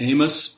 Amos